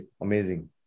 Amazing